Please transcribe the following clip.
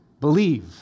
Believe